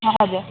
हजुर